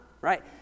right